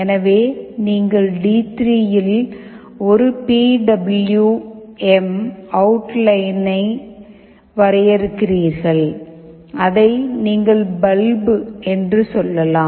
எனவே நீங்கள் டி3 இல் ஒரு பி டபிள்யு எம் அவுட் லைனை வரையறுக்கிறீர்கள் அதை நீங்கள் "பல்பு" "Bulb" என்று சொல்லலாம்